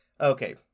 Okay